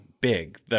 big